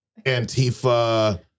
Antifa